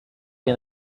can